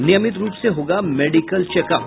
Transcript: नियमित रूप से होगा मेडिकल चेकअप